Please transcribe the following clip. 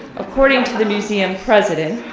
according to the museum president,